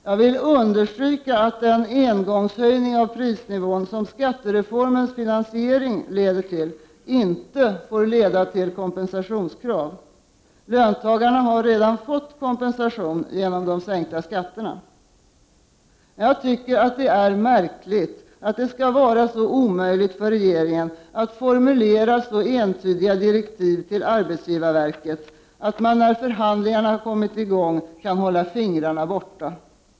Jag vill understryka att den engångshöjning av prisnivån som skattereformens finansiering leder till inte får leda till kompensationskrav. Löntagarna har redan fått kompensation genom de sänkta skatterna. Jag tycker att det är märkligt att det skall vara så omöjligt för regeringen att formulera så entydiga direktiv till arbetsgivarverket att man, när förhandlingarna kommit i gång, kan hålla fingrarna borta.